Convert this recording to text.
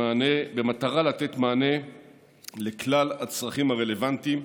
במטרה לתת מענה על כלל הצרכים הרלוונטיים,